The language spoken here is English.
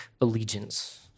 allegiance